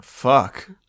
fuck